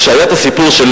אדוני היושב-ראש,